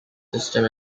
system